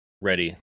ready